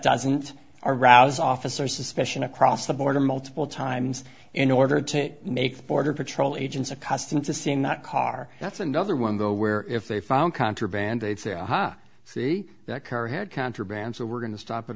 doesn't arouse officer suspicion across the border multiple times in order to make border patrol agents accustomed to seeing that car that's another one though where if they found contraband they'd say aha see that car here contraband so we're going to stop it